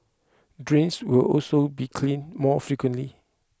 drains will also be cleaned more frequently